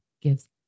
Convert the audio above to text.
gives